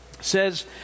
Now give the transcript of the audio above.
says